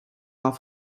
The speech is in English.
off